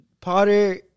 Potter